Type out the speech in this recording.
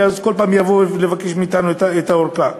ואז כל פעם יבואו לבקש מאתנו את הארכה.